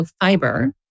fiber